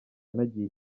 yanagiye